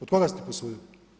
Od koga ste posudili?